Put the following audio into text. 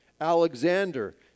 Alexander